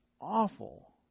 awful